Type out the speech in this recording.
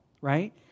right